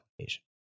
application